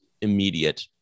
immediate